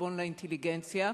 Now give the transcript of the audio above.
עלבון לאינטליגנציה.